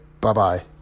Bye-bye